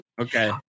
Okay